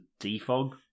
Defog